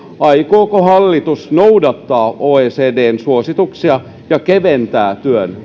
aikooko hallitus noudattaa oecdn suosituksia ja keventää työn